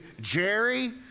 Jerry